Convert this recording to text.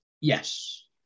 Yes